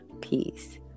peace